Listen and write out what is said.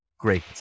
Great